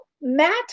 Matt